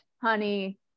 honey